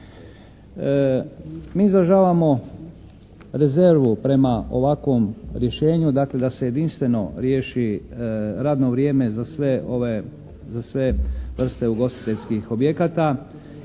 Mi izražavamo rezervu prema ovakvom rješenju dakle da se jedinstveno riješi radno vrijeme za sve ove, za sve vrste ugostiteljskih objekata.